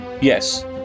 Yes